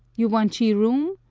you wanchee room?